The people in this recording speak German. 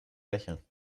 lächeln